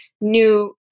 new